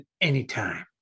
anytime